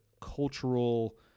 cultural